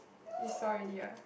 you saw already ah